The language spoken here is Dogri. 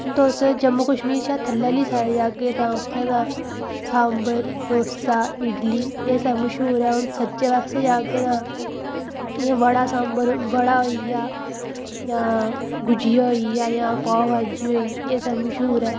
हून तुस जम्मू कश्मीर शा थल्लै आह्ली साइड जाह्गे तां उ'त्थें दा सांबर डोसा इडली एह् सब मशहूर ऐ हून सज्जै पासै जाह्गे तां एह् बड़ा सांबर बड़ा होइया जां गुजिया होइया जां पाव भाजी होई एह् सब मशहूर ऐ